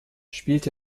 spielt